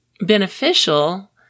beneficial